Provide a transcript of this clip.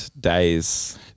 days